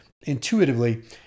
intuitively